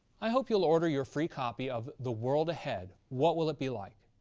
i hope you'll order your free copy of the world ahead what will it be like?